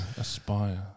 Aspire